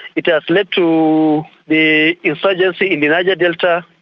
it has led to the insurgency in the niger delta.